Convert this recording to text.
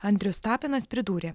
andrius tapinas pridūrė